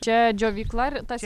čia džiovykla ar tas